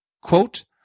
quote